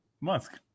Musk